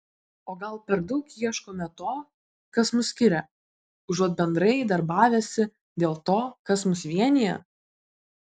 o gal per daug ieškome to kas mus skiria užuot bendrai darbavęsi dėl to kas mus vienija